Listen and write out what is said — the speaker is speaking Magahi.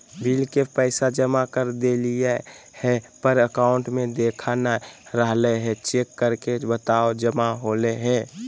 बिल के पैसा जमा कर देलियाय है पर अकाउंट में देखा नय रहले है, चेक करके बताहो जमा होले है?